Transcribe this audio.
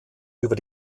über